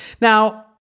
Now